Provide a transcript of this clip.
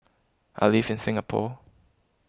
I live in Singapore